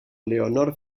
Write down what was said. leonor